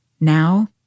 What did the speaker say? Now